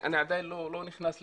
אני עדיין לא נכנס לתקנות,